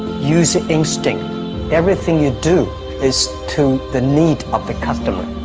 use your instinct everything you do is to the need of the customer